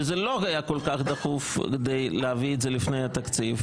וזה לא היה כל כך דחוף כדי להביא את זה לפני התקציב,